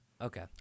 Okay